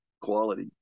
quality